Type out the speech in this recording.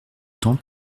temps